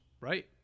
right